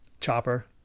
Chopper